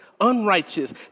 unrighteous